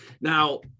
Now